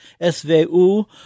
SVU